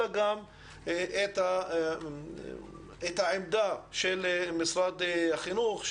אלא גם את העמדה של משרד החינוך,